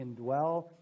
indwell